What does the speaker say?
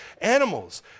animals